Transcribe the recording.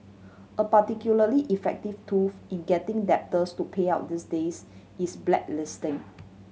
a particularly effective tool in getting debtors to pay out these days is blacklisting